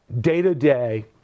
day-to-day